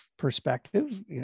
perspective